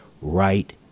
right